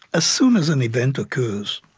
as soon as an event occurs,